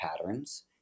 patterns